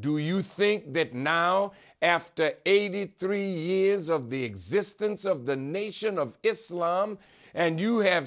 do you think that now after eighty three years of the existence of the nation of islam and you have